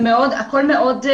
הכל מאוד,